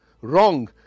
wrong